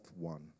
one